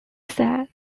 said